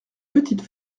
petite